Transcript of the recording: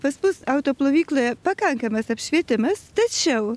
pas mus auto plovykloje pakankamas apšvietimas tačiau